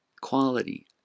quality